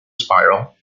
spiral